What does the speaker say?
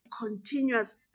continuous